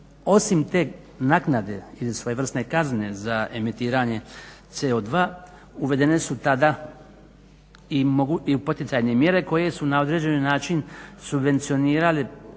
osim te naknade ili svojevrsne kazne za emitiranje CO2 uvedene su tada i poticajne mjere koje su na određeni način subvencionirale